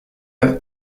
run